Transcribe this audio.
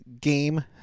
Game